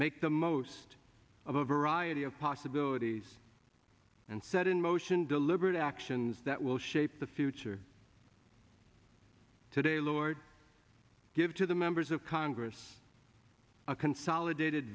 make the most of a variety of possibilities and set in motion deliberate actions that will shape the future today lord give to the members of congress a consolidated